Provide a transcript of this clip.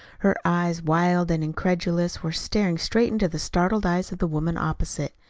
her eyes, wild and incredulous, were staring straight into the startled eyes of the woman opposite.